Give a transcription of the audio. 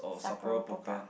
Sapporo Pokka